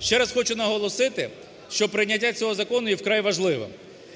Ще раз хочу наголосити, що прийняття цього закону є вкрай важливим.